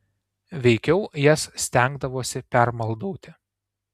veikiau jas stengdavosi permaldauti